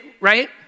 right